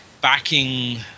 backing